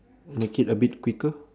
make it a bit quicker